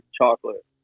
chocolate